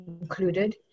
included